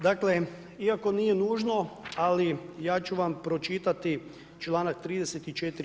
Dakle, iako nije nužno, ali ja ću vam pročitati čl. 34.